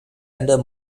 under